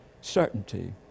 certainty